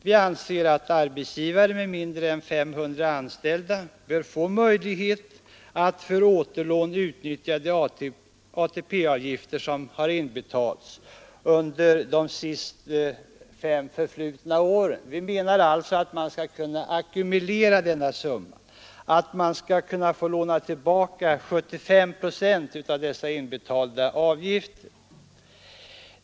Vi anser att arbetsgivare med mindre än 500 anställda bör få möjlighet att för återlån utnyttja AP-avgifter som inbetalts under de senaste fem förflutna åren. Vi menar alltså att man skall kunna ackumulera denna summa, att man skall kunna få låna tillbaka 75 procent av dessa inbetalda avgifter.